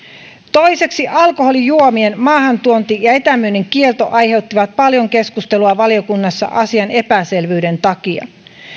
toiseksi alkoholijuomien maahantuonti ja etämyynnin kielto aiheuttivat paljon keskustelua valiokunnassa asian epäselvyyden takia